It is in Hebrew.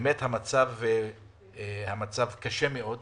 המצב באמת קשה מאוד.